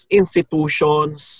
institutions